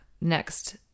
next